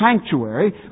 sanctuary